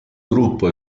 gruppo